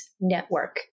network